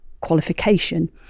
qualification